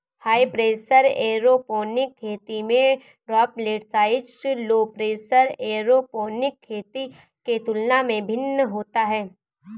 high pressure aeroponic खेती में droplet size low pressure aeroponic खेती के तुलना में भिन्न होता है